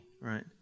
right